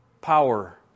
power